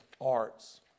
Arts